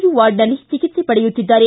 you ವಾರ್ಡ್ನಲ್ಲಿ ಚಿಕಿತ್ಸೆ ಪಡೆಯುತ್ತಿದ್ದಾರೆ